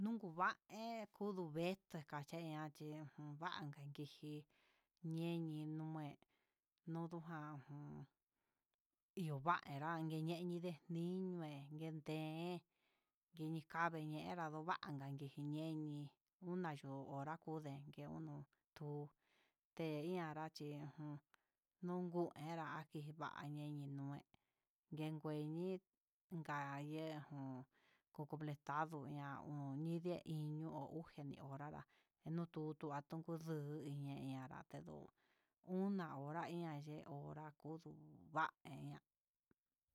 Nuku va'a he kundu veeté, kacheñachi kuva'a neneji ñeñenue nudua jun, iho uva'a iringue ñeñede niñue nguende'e, njini cabeñera uva'a, anga ni ñeñe una yuu hora kuu ndengue yeunuu tuu té iha chi jun nunku heranke va'ña enyii no negueñii, inka yee jun ku completado ña'a uni iño ha uxi hora nga inotundu atuku nduu iñeñe até ndó, una hora iin ayen horá kudu va'a ñaá.